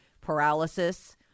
paralysis